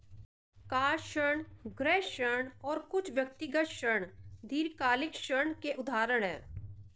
car ऋण, गृह ऋण और कुछ व्यक्तिगत ऋण दीर्घकालिक ऋण के उदाहरण हैं